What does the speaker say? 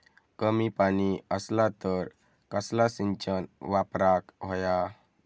कमी पाणी असला तर कसला सिंचन वापराक होया?